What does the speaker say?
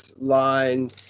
Line